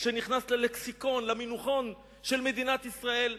שנכנס ללקסיקון, למונחון של מדינת ישראל,